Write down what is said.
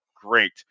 great